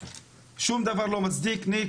שום דבר לא מצדיק אלימות.